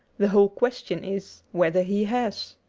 the whole question is whether he has.